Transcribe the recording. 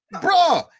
bro